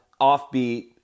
offbeat